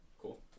Cool